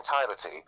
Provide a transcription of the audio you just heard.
entirety